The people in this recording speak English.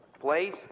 place